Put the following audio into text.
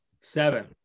Seven